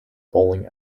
bowling